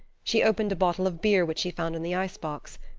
she opened a bottle of beer which she found in the icebox.